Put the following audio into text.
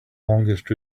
longest